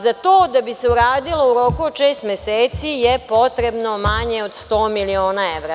Za to da bi se uradilo u roku od šest meseci je potrebno manje od 100 miliona evra.